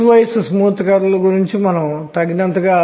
కాబట్టి ఈ స్థాయిలన్నీ విభజింపబడతాయి